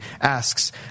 asks